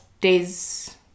days